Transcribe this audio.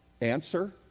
answer